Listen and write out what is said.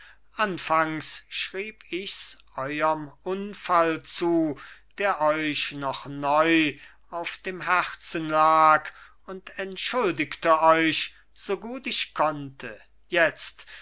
anfangs schrieb ich's euerm unfall zu der euch noch neu auf dem herzen lag und entschuldigte euch so gut ich konnte jetzt